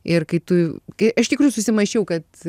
ir kai tu kai aš tikrųjų susimąsčiau kad